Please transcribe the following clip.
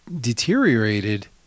deteriorated